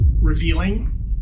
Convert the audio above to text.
revealing